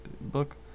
book